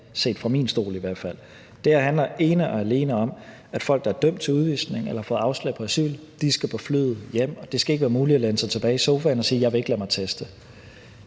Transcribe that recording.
set fra mit synspunkt i hvert fald. Det her handler ene og alene om, at folk, der er dømt til udvisning eller har fået afslag på asyl, skal på flyet hjem, og at det ikke skal være muligt at læne sig tilbage i sofaen og sige: Jeg vil ikke lade mig teste.